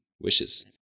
wishes